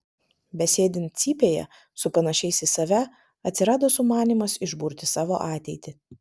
besėdint cypėje su panašiais į save atsirado sumanymas išburti savo ateitį